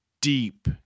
deep